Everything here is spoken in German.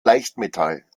leichtmetall